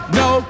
no